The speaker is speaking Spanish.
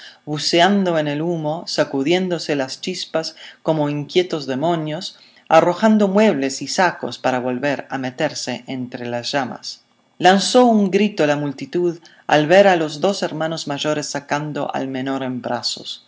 buceando en el humo sacudiéndose las chispas como inquietos demonios arrojando muebles y sacos para volver a meterse entre las llamas lanzó un grito la multitud al ver a los dos hermanos mayores sacando al menor en brazos un